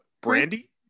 brandy